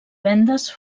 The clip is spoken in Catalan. vendes